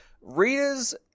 Readers